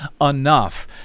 enough